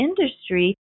industry